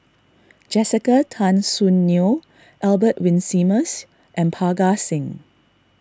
Jessica Tan Soon Neo Albert Winsemius and Parga Singh